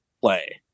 play